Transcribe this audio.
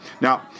Now